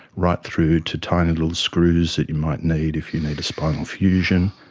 right through to tiny little screws that you might need if you need a spinal fusion,